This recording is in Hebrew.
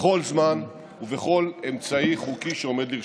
בכל זמן ובכל אמצעי חוקי שעומד לרשותנו.